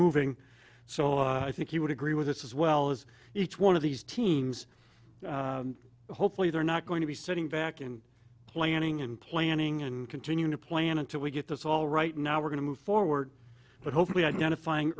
moving so i think you would agree with this as well as each one of these teens hopefully they're not going to be sitting back and planning and planning and continue to plan until we get this all right now we're going to move forward but hopefully identifying